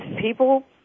people